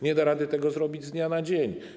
Nie da rady tego zrobić z dnia na dzień.